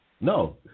No